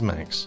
Max